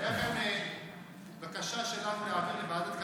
הייתה כאן בקשה שלנו להעביר לוועדת כלכלה,